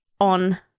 on